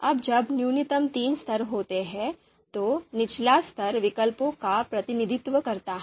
अब जब न्यूनतम तीन स्तर होते हैं तो निचला स्तर विकल्पों का प्रतिनिधित्व करता है